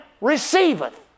receiveth